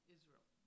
Israel